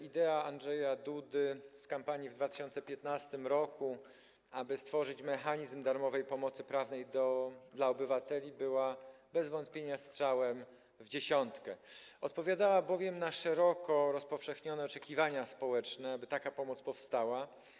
Idea Andrzeja Dudy z kampanii w 2015 r., aby stworzyć mechanizm darmowej pomocy prawnej dla obywateli, była bez wątpienia strzałem w dziesiątkę, odpowiadała bowiem na szeroko rozpowszechnione oczekiwania społeczne, aby taka pomoc powstała.